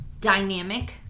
dynamic